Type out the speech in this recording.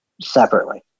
separately